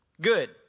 good